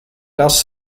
das